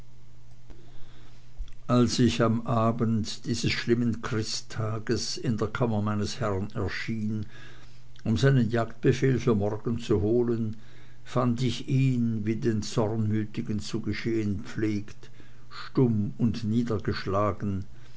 als ich am abend dieses schlimmen christtages in der kammer meines herrn erschien um seinen jagdbefehl für morgen zu holen fand ich ihn wie den zornmütigen zu geschehen pflegt stumm und niedergeschlagen